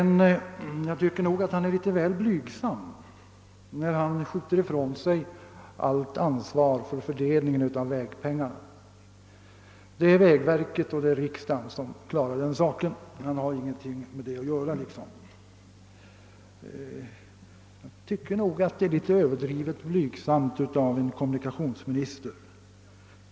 Men jag tycker att han är litet väl blygsam, när han skjuter ifrån sig allt ansvar för fördelningen av väganslagen och säger att det är vägverket och riksdagen som därvidlag bestämmer; kommunikationsministern har nära nog ingenting med den saken att göra. Detta tycker jag är litet överdrivet blygsamt av en kommunikationsminister.